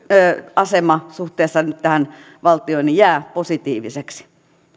asema suhteessa tähän valtioon jää positiiviseksi